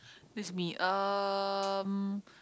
this is me um